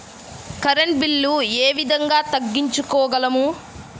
Current bill ఏ విధంగా తగ్గించుకోగలము?